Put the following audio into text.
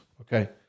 okay